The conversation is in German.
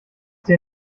dir